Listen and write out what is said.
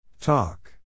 Talk